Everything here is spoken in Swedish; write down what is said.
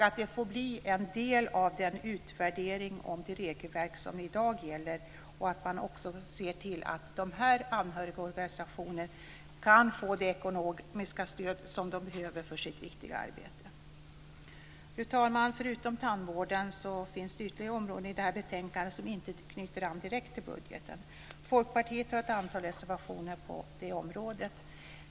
Det här får bli en del av utvärderingen om de regelverk som i dag gäller, och man ska också se till att de här anhörigorganisationerna kan få det ekonomiska stöd som de behöver för sitt viktiga arbete. Fru talman! Förutom tandvården finns det ytterligare områden i det här betänkandet som inte knyter an direkt till budgeten. Folkpartiet har ett antal reservationer på de områdena.